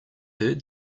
heard